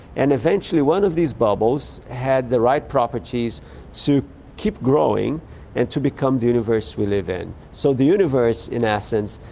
and eventually one of these bubbles had the right properties to keep growing and to become the universe we live in. so the universe, in essence,